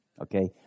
Okay